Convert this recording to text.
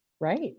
right